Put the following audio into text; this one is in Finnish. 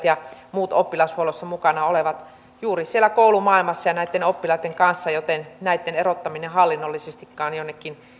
ja muut oppilashuollossa mukana olevat juuri koulumaailmassa ja oppilaitten kanssa joten näitten erottaminen hallinnollisestikaan jonnekin